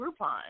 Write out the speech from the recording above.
Groupon